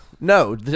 No